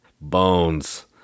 bones